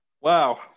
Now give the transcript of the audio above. Wow